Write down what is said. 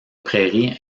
prairies